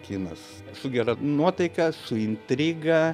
kinas su gera nuotaika su intriga